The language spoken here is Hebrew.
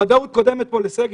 ודאות קודמת פה לסגר.